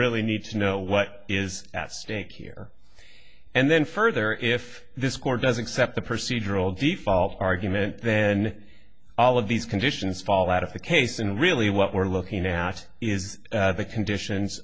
really need to know what is at stake here and then further if this court does accept the procedural default argument then all of these conditions fall out of the case and really what we're looking at is the conditions